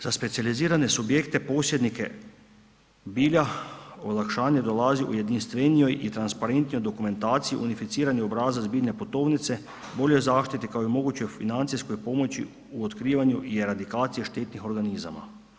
Za specijalizirane subjekte posjednike bilja olakšanje dolazi u jedinstvenijoj i transparentnijoj dokumentaciji unificirani obrazac biljne putovnice, bolje zaštite kao i mogućoj financijskoj pomoći u otkrivanju i radikacije štetnih organizama.